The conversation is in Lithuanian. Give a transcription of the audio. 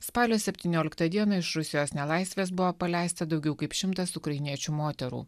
spalio septynioliktą dieną iš rusijos nelaisvės buvo paleista daugiau kaip šimtas ukrainiečių moterų